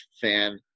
fan